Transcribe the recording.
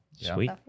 Sweet